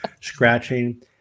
scratching